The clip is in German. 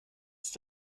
ist